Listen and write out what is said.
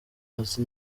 azi